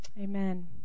Amen